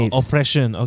oppression